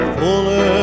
fuller